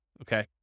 okay